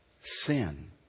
sin